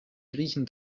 griechen